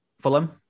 Fulham